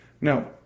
Now